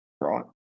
right